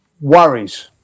worries